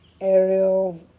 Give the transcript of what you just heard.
Ariel